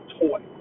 toy